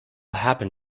happen